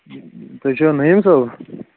تُہۍ چھُوا نعیٖم صٲب